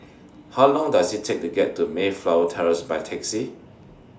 How Long Does IT Take to get to Mayflower Terrace By Taxi